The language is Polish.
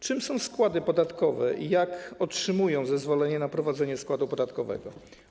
Czym są składy podatkowe i jak otrzymuje się zezwolenie na prowadzenie składu podatkowego?